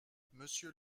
monsieur